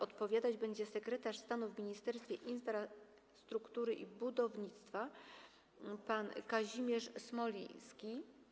Odpowiadać będzie sekretarz stanu w Ministerstwie Infrastruktury i Budownictwa pan Kazimierz Smoliński.